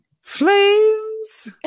Flames